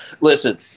Listen